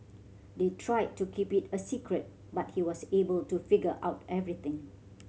they tried to keep it a secret but he was able to figure out everything